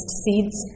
seeds